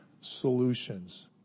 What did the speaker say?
solutions